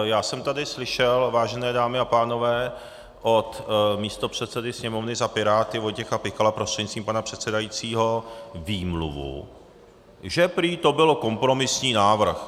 Já jsem tady slyšel, vážené dámy a pánové, od místopředsedy Sněmovny za Piráty Vojtěcha Pikala prostřednictvím pana předsedajícího výmluvu, že prý to byl kompromisní návrh.